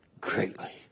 greatly